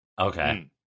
Okay